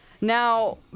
Now